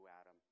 Adam